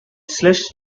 slush